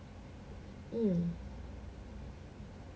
mm